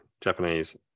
Japanese